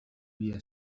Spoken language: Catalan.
via